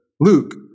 Luke